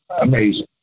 amazing